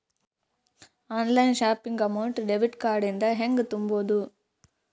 Online shopping amount debit card ಇಂದ ಹೆಂಗ್ ತುಂಬೊದು?